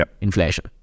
inflation